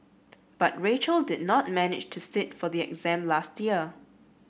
but Rachel did not manage to sit for the exam last year